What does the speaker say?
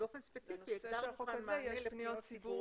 לנושא של החוק הזה יש פניות ציבור